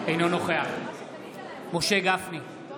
אינו נוכח משה גפני,